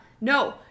no